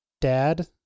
dad